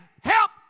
help